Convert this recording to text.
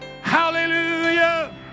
Hallelujah